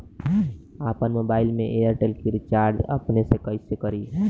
आपन मोबाइल में एयरटेल के रिचार्ज अपने से कइसे करि?